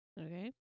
Okay